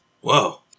Whoa